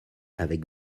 avec